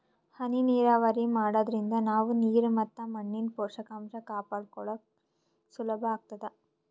ಹನಿ ನೀರಾವರಿ ಮಾಡಾದ್ರಿಂದ ನಾವ್ ನೀರ್ ಮತ್ ಮಣ್ಣಿನ್ ಪೋಷಕಾಂಷ ಕಾಪಾಡ್ಕೋಳಕ್ ಸುಲಭ್ ಆಗ್ತದಾ